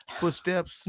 footsteps